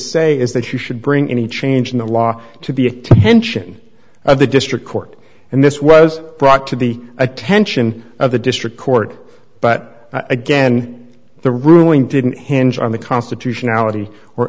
say is that you should bring any change in the law to the attention of the district court and this was brought to the attention of the district court but again the ruling didn't hinge on the constitutionality or